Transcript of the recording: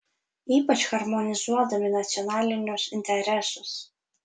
ypač harmonizuodami nacionalinius interesus